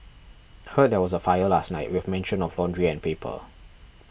heard there was a fire last night with mention of laundry and paper